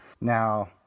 Now